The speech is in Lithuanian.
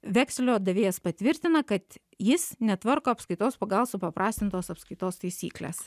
vekselio davėjas patvirtina kad jis netvarko apskaitos pagal supaprastintos apskaitos taisykles